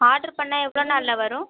order பண்ணால் எவ்வளோ நாளில் வரும்